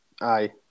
Aye